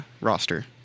roster